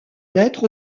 lettre